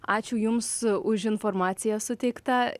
ačiū jums už informaciją suteiktą